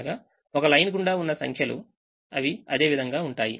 అనగా ఒక లైన్ గుండా ఉన్న సంఖ్యలు అవి అదే విధంగా ఉంటాయి